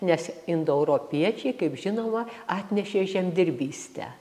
nes indoeuropiečiai kaip žinoma atnešė žemdirbystę